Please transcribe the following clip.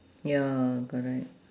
ya correct